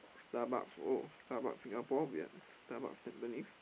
Starbucks !wow! Starbucks Singapore ya Starbucks Tampines